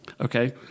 Okay